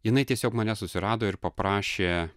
jinai tiesiog mane susirado ir paprašė